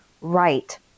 right